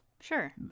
Sure